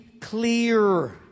clear